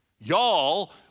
y'all